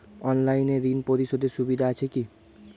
অনলাইনে ঋণ পরিশধের সুবিধা আছে কি?